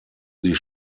sie